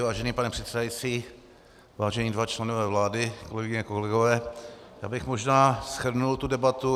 Vážený pane předsedající, vážení dva členové vlády, kolegyně, kolegové, já bych možná shrnul tu debatu.